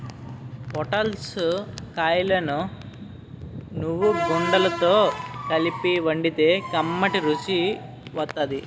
పొటల్స్ కాయలను నువ్వుగుండతో కలిపి వండితే కమ్మటి రుసి వత్తాది